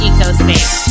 Ecospace